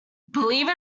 believe